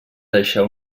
deixar